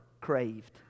craved